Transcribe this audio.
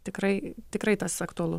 tikrai tikrai tas aktualu